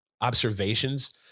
observations